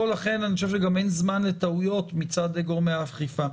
לכן אני חושב שגם אין זמן לטעויות מצד גורמי האכיפה.